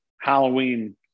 Halloween